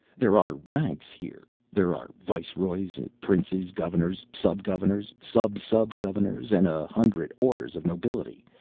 there are ranks, here. there are viceroys, princes, governors, sub-governors, sub-sub-governors, and a hundred orders of nobility,